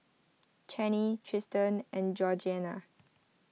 Chaney Triston and Georgeanna